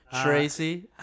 Tracy